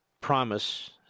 promise